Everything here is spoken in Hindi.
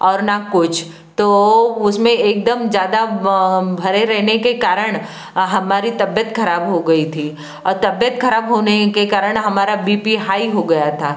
और ना कुछ तो उसमें एकदम ज़्यादा भरे रहने के कारण हमारी तबियत खराब हो गई थी और तबियत खराब होने के कारण हमारा बीपी हाई हो गया था